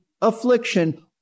affliction